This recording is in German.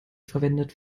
verwendet